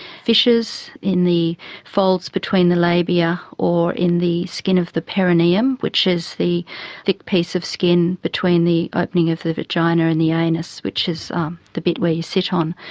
fissures in the folds between the labia or in the skin of the perineum, which is the thick piece of skin between the opening of the vagina and the anus, which is um the bit where you sit on,